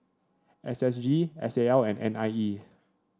S S G S A L and N I E